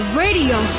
radio